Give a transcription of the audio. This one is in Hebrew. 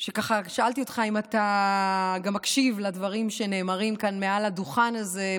ככה שאלתי אותך אם אתה מקשיב לדברים שנאמרים כאן מעל הדוכן הזה,